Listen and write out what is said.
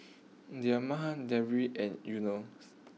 Damia Deris and Yunos